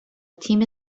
تیم